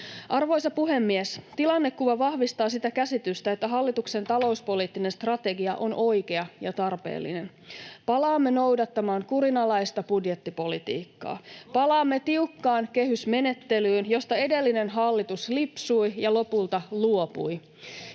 Arvoisa puhemies! Tilannekuva vahvistaa sitä käsitystä, että hallituksen talouspoliittinen strategia on oikea ja tarpeellinen. Palaamme noudattamaan kurinalaista budjettipolitiikkaa. Palaamme tiukkaan kehysmenettelyyn, josta edellinen hallitus lipsui ja lopulta luopui.